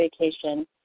vacation